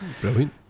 Brilliant